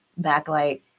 backlight